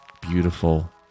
beautiful